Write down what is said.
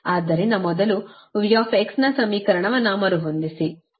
ಆದ್ದರಿಂದ ಮೊದಲು V ನ ಸಮೀಕರಣವನ್ನು ಮರುಹೊಂದಿಸಿ